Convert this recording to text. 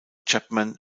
chapman